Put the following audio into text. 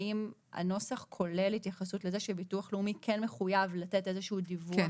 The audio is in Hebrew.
האם הנוסח כולל התייחסות לזה שהביטוח הלאומי כן מחויב לתת דיווח?